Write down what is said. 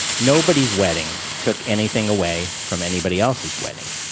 nobody's wedding took anything away from anybody else's wedding.